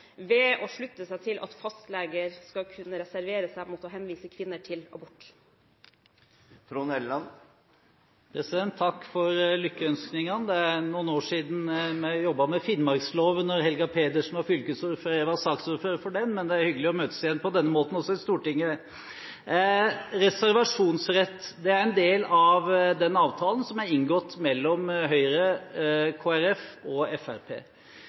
ved å slutte seg til at fastleger skal kunne reservere seg mot å henvise kvinner til abort. Takk for lykkeønskningene. Det er noen år siden vi jobbet med finnmarksloven, da Helga Pedersen var fylkesordfører og jeg var saksordfører for den. Men det er hyggelig å møtes igjen på denne måten – også i Stortinget. Reservasjonsrett er en del av den avtalen som er inngått mellom Høyre, Kristelig Folkeparti og